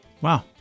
Wow